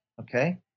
Okay